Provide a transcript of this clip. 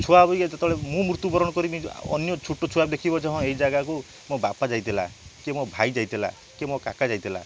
ଛୁଆ ବି ଯେତେବେଳେ ମୁଁ ମୃତ୍ୟୁବରଣ କରିମି ଅନ୍ୟ ଛୋଟ ଛୁଆ ଲେଖିବ ହଁ ଏ ଜାଗାକୁ ମୋ ବାପା ଯାଇଥିଲା କି ମୋ ଭାଇ ଯାଇଥିଲା କି ମୋ କାକା ଯାଇଥିଲା